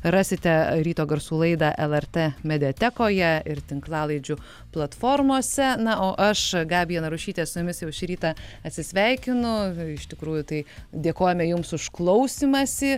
rasite ryto garsų laidą lrt mediatekoje ir tinklalaidžių platformose na o aš gabija narušytė su jumis jau šį rytą atsisveikinu iš tikrųjų tai dėkojame jums už klausymąsi